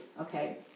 okay